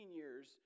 years